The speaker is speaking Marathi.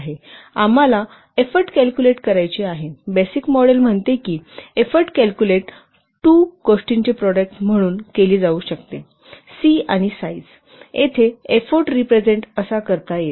आम्हाला एफ्फोर्ट कॅल्कुलेट करायची आहे बेसिक मॉडेल म्हणते की एफ्फोर्ट 2 गोष्टींचे प्रोडक्ट म्हणून कॅल्कुलेट केली जाऊ शकते येथे c आणि साईज एफ्फोर्ट असा रिप्रेझेन्ट करता येईल